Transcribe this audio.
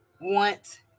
want